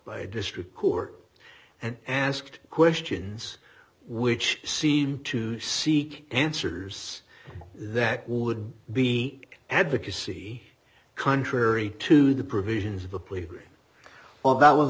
by district court and asked questions which seem to seek answers that would be advocacy contrary to the provisions of the plea well that was